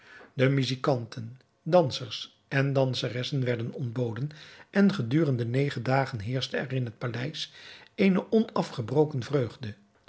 de muzijkanten dansers en danseressen werden ontboden en gedurende negen dagen heerschte er in het paleis eene onafgebroken vreugde